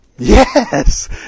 Yes